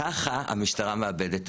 ככה המשטרה מאבדת אמון.